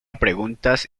preguntas